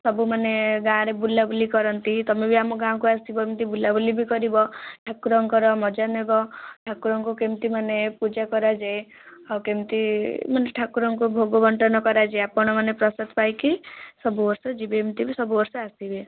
ସବୁ ମାନେ ଗାଁରେ ବୁଲାବୁଲି କରନ୍ତି ତୁମେ ବି ଆମ ଗାଁ କୁ ଆସିବ ଏମିତି ବୁଲାବୁଲି ବି କରିବ ଠାକୁରଙ୍କର ମଜା ନେବ ଠାକୁରଙ୍କୁ କେମିତି ମାନେ ପୂଜା କରାଯାଏ ଆଉ କେମିତି ମାନେ ଠାକୁରଙ୍କୁ ଭୋଗ ବଣ୍ଟନ କରାଯାଏ ଆପଣମାନେ ପ୍ରସାଦ ପାଇକି ସବୁ ବର୍ଷ ଯିବେ ଏମିତିବି ସବୁ ବର୍ଷ ଆସିବେ